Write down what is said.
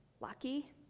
lucky